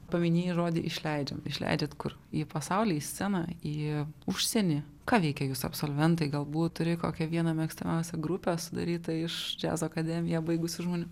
paminėjai žodį išleidžiam išleidžiant kur į pasaulį sceną į užsienį ką veikia jūsų absolventai galbūt turi kokią vieną mėgstamiausią grupę sudarytą iš džiazo akademiją baigusių žmonių